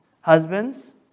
Husbands